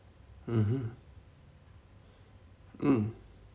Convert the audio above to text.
mmhmm mm